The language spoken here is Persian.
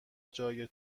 جای